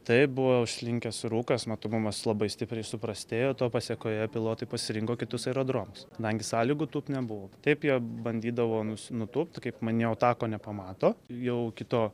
taip buvo užslinkęs rūkas matomumas labai stipriai suprastėjo to pasekoje pilotai pasirinko kitus aerodromus kadangi sąlygų tūpt nebuvo taip jie bandydavo nus nutūpt kaip maniau tako nepamato jau kito